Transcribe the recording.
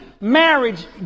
marriage